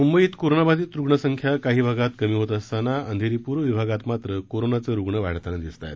मुंबईत कोरोनाबाधित रुग्णसंख्या काही भागात कमी होत असताना अंधेरी पूर्व विभागात मात्र कोरोनाचे रुग्ण वाढताना दिसत आहेत